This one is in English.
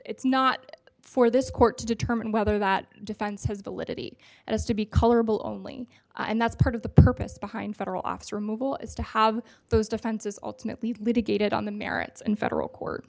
it's not for this court to determine whether that defense has validity as to be colorable only and that's part of the purpose behind federal office removal is to have those defenses ultimately litigated on the merits in federal court